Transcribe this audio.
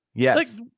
Yes